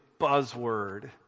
buzzword